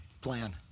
plan